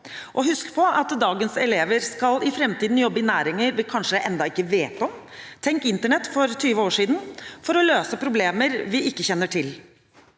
Husk på at dagens elever skal i framtiden jobbe i næringer vi kanskje ennå ikke vet om – tenk Internett for 20 år siden – for å løse problemer vi ikke kjenner til,